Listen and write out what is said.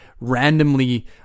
randomly